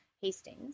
Hastings